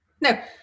No